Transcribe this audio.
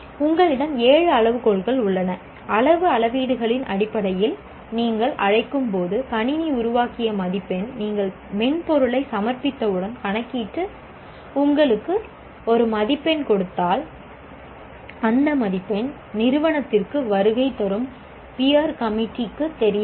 உங்களிடம் 7 அளவுகோல்கள் உள்ளன அளவு அளவீடுகளின் அடிப்படையில் நீங்கள் அழைக்கும் போது கணினி உருவாக்கிய மதிப்பெண் நீங்கள் மென்பொருளை சமர்ப்பித்தவுடன் கணக்கிட்டு உங்களுக்கு ஒரு மதிப்பெண் கொடுத்தால் அந்த மதிப்பெண் நிறுவனத்திற்கு வருகை தரும் பியர் கமிட்டிக்கு தெரியாது